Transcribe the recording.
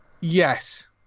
yes